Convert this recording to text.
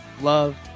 love